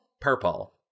purple